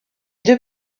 deux